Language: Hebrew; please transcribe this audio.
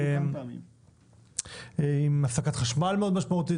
עם הפסקת חשמל מאוד משמעותית,